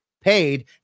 paid